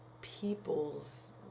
people's